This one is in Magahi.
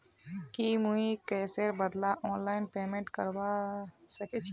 की मुई कैशेर बदला ऑनलाइन पेमेंट करवा सकेछी